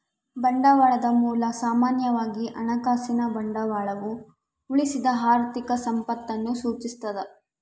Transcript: ಬಂಡವಾಳದ ಮೂಲ ಸಾಮಾನ್ಯವಾಗಿ ಹಣಕಾಸಿನ ಬಂಡವಾಳವು ಉಳಿಸಿದ ಆರ್ಥಿಕ ಸಂಪತ್ತನ್ನು ಸೂಚಿಸ್ತದ